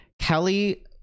Kelly